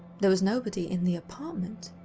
there was nobody in the apartment.